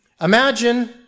Imagine